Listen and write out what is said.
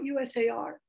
USAR